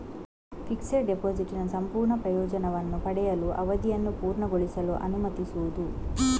fixed ಡೆಪಾಸಿಟಿನ ಸಂಪೂರ್ಣ ಪ್ರಯೋಜನವನ್ನು ಪಡೆಯಲು, ಅವಧಿಯನ್ನು ಪೂರ್ಣಗೊಳಿಸಲು ಅನುಮತಿಸುವುದು